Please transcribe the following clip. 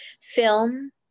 film